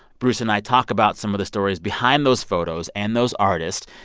bruce and i talk about some of the stories behind those photos and those artists,